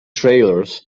trailers